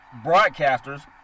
broadcasters